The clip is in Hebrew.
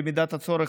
במידת הצורך,